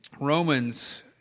Romans